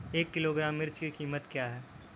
एक किलोग्राम मिर्च की कीमत क्या है?